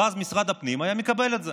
ומשרד הפנים היה מקבל את זה.